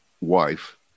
wife